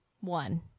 one